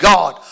God